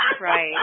right